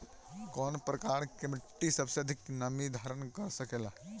कौन प्रकार की मिट्टी सबसे अधिक नमी धारण कर सकेला?